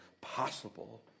possible